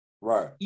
Right